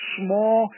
small